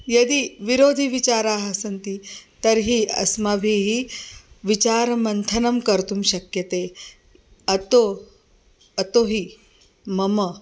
यदि विरोधिविचाराः सन्ति तर्हि अस्माभिः विचारमन्थनं कर्तुं शक्यते अतो अतो हि मम